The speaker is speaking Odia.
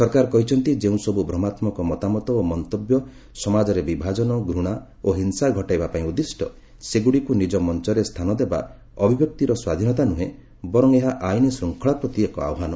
ସରକାର କହିଛନ୍ତି ଯେଉଁସବୁ ଭ୍ରମାତ୍ମକ ମତାମତ ଓ ମନ୍ତବ୍ୟ ସମାଜରେ ବିଭାଜନ ଘୃଣା ଓ ହିଂସା ଘଟାଇବା ପାଇଁ ଉଦ୍ଦିଷ୍ଟ ସେଗୁଡ଼ିକୁ ନିଜ ମଞ୍ଚରେ ସ୍ଥାନ ଦେବା ଅଭିବ୍ୟକ୍ତିର ସ୍ୱାଧୀନତା ନୁହେଁ ବର୍ଚ ଏହା ଆଇନଶୃଙ୍ଖଳା ପ୍ରତି ଏକ ଆହ୍ୱାନ